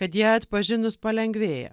kad ją atpažinus palengvėja